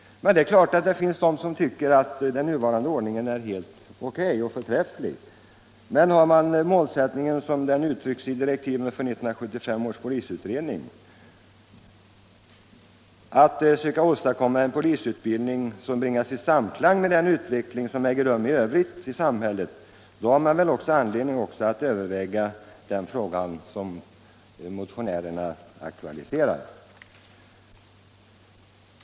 Men det är klart att det finns de som tycker att den nuvarande ordningen är förträfflig. Har man emellertid den målsättning som uttrycks i direktiven för 1975 års polisutredning, att söka åstadkomma en polisutbildning som bringas i samklang med den utveckling som äger rum i övrigt i samhället, då har man väl också anledning att överväga den fråga som motionärerna aktualiserar.